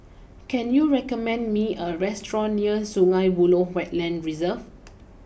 can you recommend me a restaurant near Sungei Buloh Wetland Reserve